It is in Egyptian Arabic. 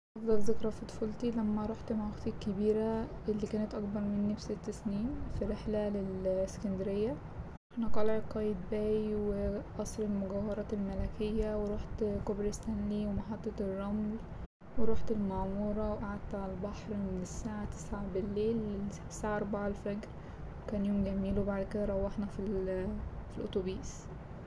أفضل ذكرى في طفولتي لما روحت مع أختي الكبيرة اللي كانت أكبر مني بست سنين في رحلة للأسكندرية روحنا قلعة قايتباي وقصر المجوهرات الملكية وروحت كوبري استانلي ومحطة, الرمل وروحت المعمورة وقعدت على البحر من الساعة تسعة بالليل للساعة أربعة الفجر وكان يوم جميل وبعد كده روحنا في ال- في الأتوبيس.